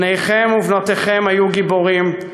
בניכם ובנותיכם היו גיבורים,